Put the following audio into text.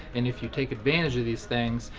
and if you take advantage of these things,